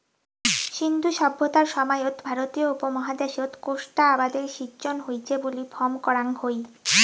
সিন্ধু সভ্যতার সময়ত ভারতীয় উপমহাদ্যাশত কোষ্টা আবাদের সিজ্জন হইচে বুলি ফম করাং হই